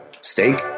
Steak